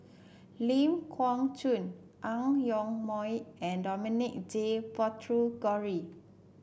Ling Geok Choon Ang Yoke Mooi and Dominic J Puthucheary